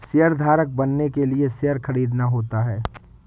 शेयरधारक बनने के लिए शेयर खरीदना होता है